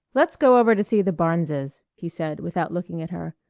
let's go over to see the barneses, he said without looking at her.